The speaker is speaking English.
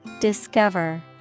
Discover